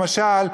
למשל,